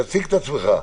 בבקשה.